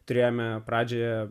turėjome pradžioje